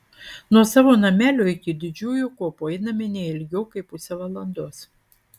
nuo savo namelio iki didžiųjų kopų einame ne ilgiau kaip pusę valandos